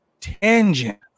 tangent